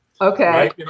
Okay